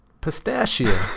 Pistachio